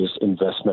investment